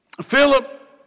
Philip